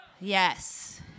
Yes